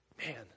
Man